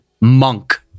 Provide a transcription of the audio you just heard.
monk